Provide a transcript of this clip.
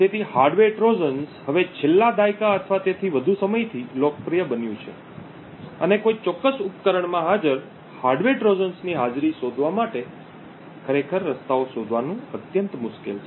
તેથી hardware Trojan હવે છેલ્લા દાયકા અથવા તેથી વધુ સમયથી લોકપ્રિય બન્યું છે અને કોઈ ચોક્કસ ઉપકરણમાં હાજર હાર્ડવેર ટ્રોજન ની હાજરી શોધવા માટે ખરેખર રસ્તાઓ શોધવાનું અત્યંત મુશ્કેલ છે